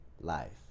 Life